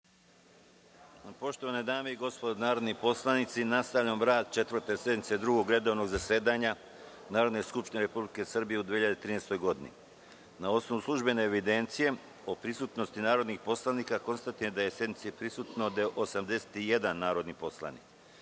Poštovane dame i gospodo narodni poslanici, nastavljamo rad Četvrte sednice Drugog redovnog zasedanja Narodne skupštine Republike Srbije u 2013. godini. Na osnovu službene evidencije o prisutnosti narodnih poslanika, konstatujem da sednici prisustvuje 81 narodni poslanik. Radi